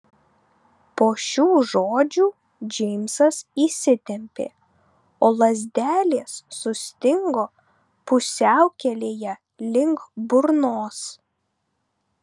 po šių žodžių džeimsas įsitempė o lazdelės sustingo pusiaukelėje link burnos